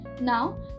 now